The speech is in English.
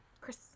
Chris